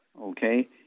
Okay